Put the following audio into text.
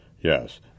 Yes